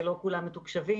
לא כולם מתוקשבים,